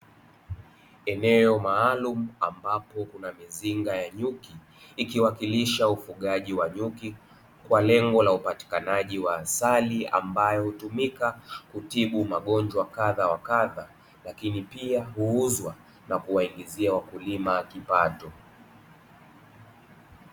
Eneo maalumu ambapo kuna mizinga ya nyuki ikiwakilisha ufugaji wa nyuki kwa lengo la upatikanaji wa asali, ambayo hutumika kutibu magonjwa ya kadha wa kadha lakini pia huuzwa na kuwaingizia wakulima kipato.